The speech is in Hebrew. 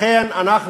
לכן אנחנו